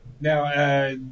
Now